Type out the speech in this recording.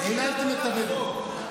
היללתם את הבדואים.